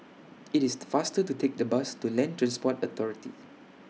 It's faster to Take The Bus to Land Transport Authority